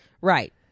Right